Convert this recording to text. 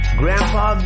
grandpa